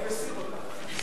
אני מסיר אותן.